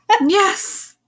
Yes